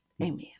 Amen